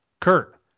Kurt